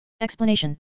Explanation